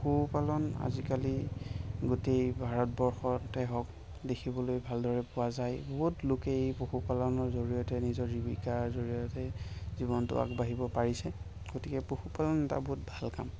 পশু পালন আজিকালি গোটেই ভাৰতবৰ্ষতে হওক দেখিবলৈ ভালদৰে পোৱা যায় বহুত লোকে এই পশু পালনৰ জৰিয়তে নিজৰ জীৱিকাৰ জৰিয়তে জীৱনটো আগবাঢ়িব পাৰিছে গতিকে পশু পালন এটা বহুত ভাল কাম